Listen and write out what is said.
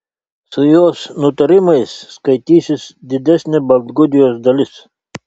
su jos nutarimais skaitysis didesnė baltgudijos dalis